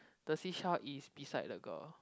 the seashell is beside the girl